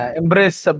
embrace